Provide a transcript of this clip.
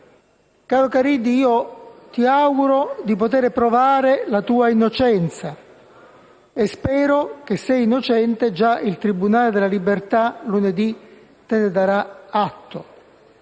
Caro Caridi, io le auguro di poter provare la sua innocenza e spero che, se innocente, già il tribunale della libertà lunedì gliene darà atto.